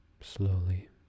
Slowly